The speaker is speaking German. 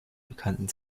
bekannten